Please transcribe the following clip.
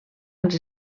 als